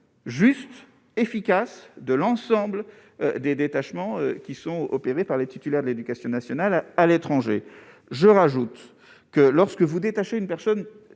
Juste, efficace de l'ensemble des détachements qui sont opprimés par les titulaires de l'Éducation nationale à l'étranger, je rajoute que lorsque vous détacher une personne